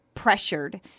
pressured